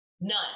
none